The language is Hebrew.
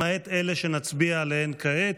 למעט אלה שנצביע עליהן כעת,